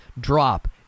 drop